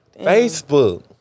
Facebook